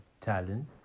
talent